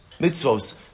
Mitzvos